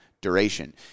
duration